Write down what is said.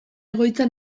egoitza